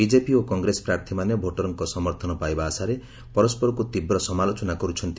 BJP ଓ କଂଗ୍ରେସ ପ୍ରାର୍ଥୀମାନେ ଭୋଟରଙ୍କ ସମର୍ଥନ ପାଇବା ଆଶାରେ ପରସ୍କରକୁ ତୀବ୍ର ସମାଲୋଚନା କରୁଛନ୍ତି